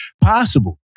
possible